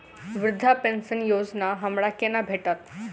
वृद्धा पेंशन योजना हमरा केना भेटत?